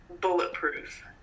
bulletproof